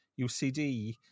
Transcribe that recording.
UCD